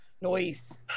Noise